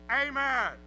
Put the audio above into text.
Amen